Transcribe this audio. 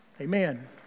Amen